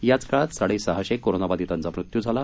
याच काळात साडेसहाशे कोरोनाबाधितांचा मृत्यू झाला